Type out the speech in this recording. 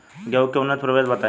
गेंहू के उन्नत प्रभेद बताई?